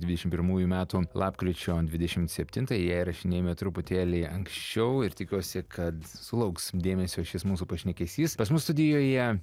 dvidešim pirmųjų metų lapkričio dvidešimt septintą ją įrašinėjame truputėlį anksčiau ir tikiuosi kad sulauks dėmesio šis mūsų pašnekesys pas mus studijoje